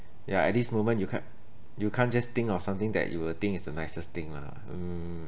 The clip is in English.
yeah at this moment you can't you can't just think of something that you will think is the nicest thing lah mm